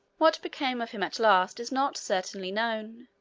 what became of him at last is not certainly known.